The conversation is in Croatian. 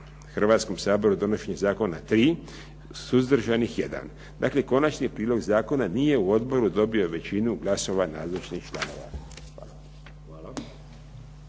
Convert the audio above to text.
Hrvatskom saboru donošenje zakona 3, suzdržanih 1. Dakle, konačni epilog zakona nije u odboru dobio većinu glasova nazočnih članova.